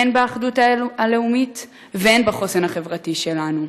הן באחדות הלאומית והן בחוסן החברתי שלנו,